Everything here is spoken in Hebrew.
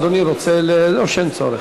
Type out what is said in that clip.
אדוני רוצה או שאין צורך?